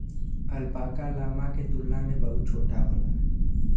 alpaca, llama के तुलना में बहुत छोट होला